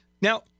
Now